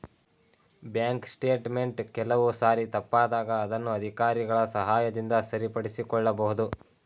bank statement ಕೆಲವು ಸಾರಿ ತಪ್ಪಾದಾಗ ಅದನ್ನು ಅಧಿಕಾರಿಗಳ ಸಹಾಯದಿಂದ ಸರಿಪಡಿಸಿಕೊಳ್ಳಬಹುದು